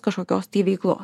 kažkokios veiklos